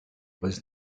was